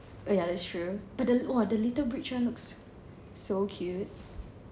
oh ya that's true but the !wah! the little bridge [one] looks so cute